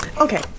okay